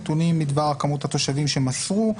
נתונים בדבר כמות התושבים שמסרו,